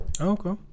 Okay